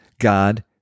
God